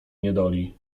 niedoli